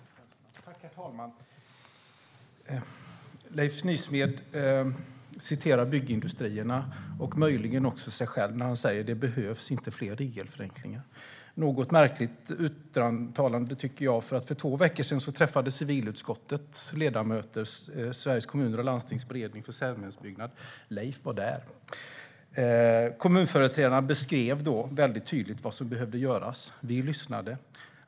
Herr talman! Leif Nysmed citerade Sveriges Byggindustrier och möjligen också sig själv när han sa att det inte behövs fler regelförenklingar. Det är ett något märkligt uttalande. För två veckor sedan träffade civilutskottets ledamöter Sveriges Kommuner och Landstings beredning för samhällsbyggnad, och Leif var där. Kommunföreträdarna beskrev då tydligt vad som behöver göras, och vi lyssnade.